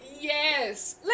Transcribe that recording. Yes